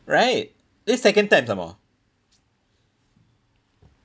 right this second time some more